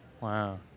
Wow